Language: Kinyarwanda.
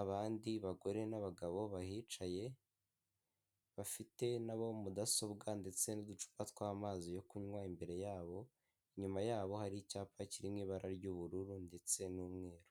abandi bagore n'abagabo bahicaye bafite nabo mudasobwa ndetse n'uducupa twa mazi yo kunywa imbere yabo, inyuma yabo hari icyapa kirimo ibara ry'ubururu ndetse n'umweru.